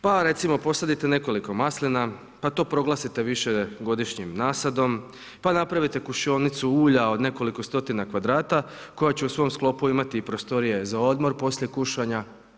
Pa recimo, posadite nekoliko maslina, pa to proglasite višegodišnjim nasadom, pa napravite kušionicu ulja od nekoliko stotina kvadrata koja će u svom sklopu imati i prostorije za odmor poslije kušanja.